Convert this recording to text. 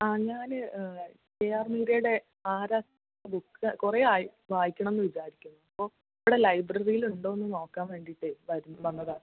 ആ ഞാൻ K R മീരയുടെ ആരാച്ചാർ ബുക്ക് കുറേ ആയി വായിക്കണം എന്ന് വിചാരിക്കുന്നു അപ്പോൾ ഇവിടെ ലൈബ്രററിയിൽ ഉണ്ടോ എന്ന് നോക്കാൻ വേണ്ടിയിട്ട് വര് വന്നതാണ്